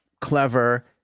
clever